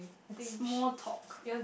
small talk